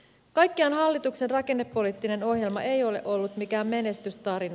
kaikkiaan hallituksen rakennepoliittinen ohjelma ei ole ollut mikään menestystarina